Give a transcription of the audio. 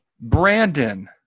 Brandon